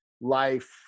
life